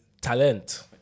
talent